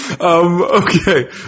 Okay